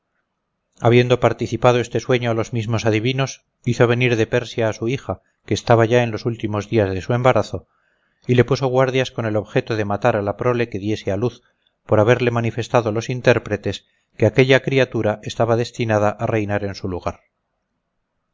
habiendo participado este nuevo sueño a los mismos adivinos hizo venir de persia a su hija que estaba ya en los últimos días de su embarazo y le puso guardias con el objeto de matar a la prole que diese a luz por haberle manifestado los intérpretes que aquella criatura estaba destinada a reinar en su lugar